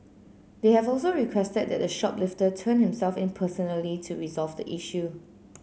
they have also requested that the shoplifter turn himself in personally to resolve the issue